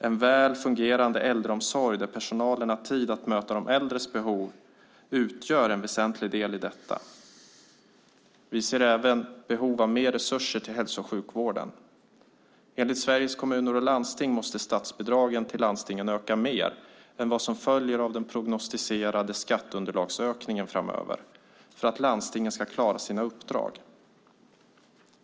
En väl fungerande äldreomsorg där personalen har tid att möta de äldres behov utgör en väsentlig del i detta. Vi ser även behov av mer resurser till hälso och sjukvården. Enligt Sveriges Kommuner och Landsting måste statsbidragen till landstingen öka mer än vad som följer av den prognostiserade skatteunderlagsökningen framöver för att landstingen ska klara sina uppdrag.